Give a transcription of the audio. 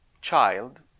child